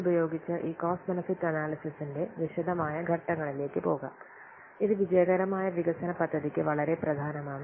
ഇതുപയോഗിച്ച് ഈ cost benefit അനാല്യ്സിസിൻറെ വിശദമായ ഘട്ടങ്ങളിലേക്ക് പോകാം ഇത് വിജയകരമായ വികസന പദ്ധതിക്ക് വളരെ പ്രധാനമാണ്